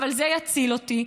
אבל זה יציל אותי.